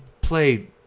play